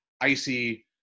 icy